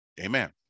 Amen